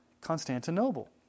Constantinople